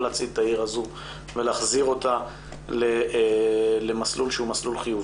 להציל את העיר הזו ולהחזיר אותה למסלול שהוא מסלול חיובי.